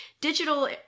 digital